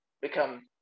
become